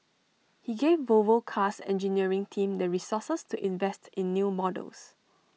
he gave Volvo car's engineering team the resources to invest in new models